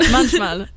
Manchmal